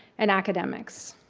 and academics.